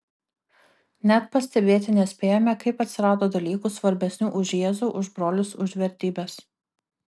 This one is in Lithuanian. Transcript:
net pastebėti nespėjome kaip atsirado dalykų svarbesnių už jėzų už brolius už vertybes